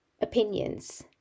opinions